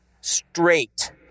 Straight